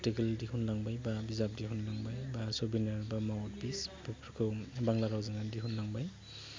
article दिहुनलांबाय बा बिजाब दिहुनलांबाय बा सबिनार बा माउथपिस बेफोरखौ बांग्ला रावजोंनो दिहुनलांबाय